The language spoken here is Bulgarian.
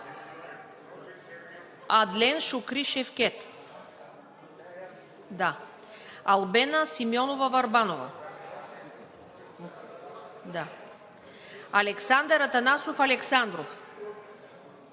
Адлен Шукри Шевкед - тук Албена Симеонова Върбанова - тук Александър Атанасов Александров